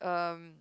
um